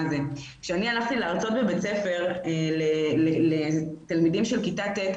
כשאני הלכתי להרצות בבית ספר לתלמידים של כיתה ט',